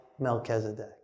Melchizedek